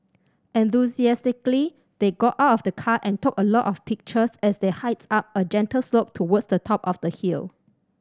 enthusiastically they got out of the car and took a lot of pictures as they hiked up a gentle slope towards the top of the hill